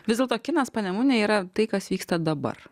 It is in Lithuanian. vis dėlto kinas panemunėj yra tai kas vyksta dabar